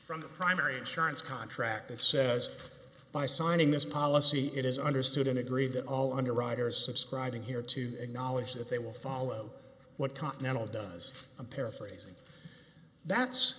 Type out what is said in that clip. from the primary insurance contract that says by signing this policy it is understood and agreed that all underwriters subscribing here to acknowledge that they will follow what continental does i'm paraphrasing that's